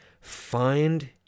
Find